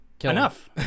enough